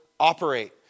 operate